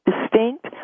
distinct